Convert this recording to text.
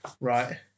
right